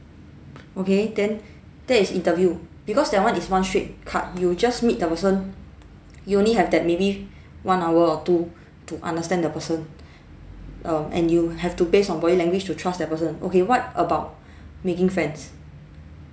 okay then that is interview because that one is one straight cut you just meet the person you only have that maybe one hour or two to understand the person um and you have to based on body language to trust the person okay what about making friends